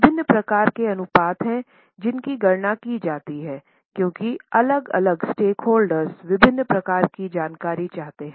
विभिन्न प्रकार के अनुपात हैं जिनकी गणना की जाती है क्योंकि अलग अलग स्टेकहोल्डर्स विभिन्न प्रकार की जानकारी चाहते हैं